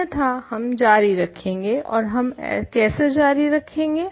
अन्यथा हम जारी रखेंगे ओर हम केसे जारी रखेंगे